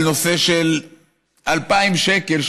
את הנושא של 2,000 השקל,